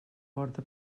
porta